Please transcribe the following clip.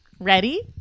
Ready